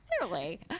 clearly